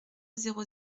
zéro